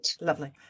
Lovely